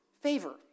favor